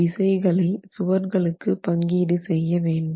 விசைகளை சுவர்களுக்கு பங்கீடு செய்ய வேண்டும்